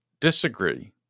disagree